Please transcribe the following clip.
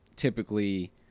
Typically